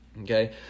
okay